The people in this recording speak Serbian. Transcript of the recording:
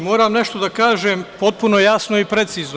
Moram nešto da kažem potpuno jasno i precizno.